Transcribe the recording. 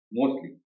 mostly